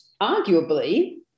arguably